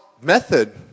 method